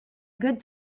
good